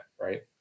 right